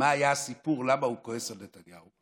היה הסיפור, למה הוא כועס על נתניהו,